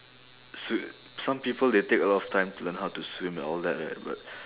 swi~ some people they take a lot of time to learn how to swim and all that right but